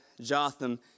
Jotham